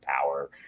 power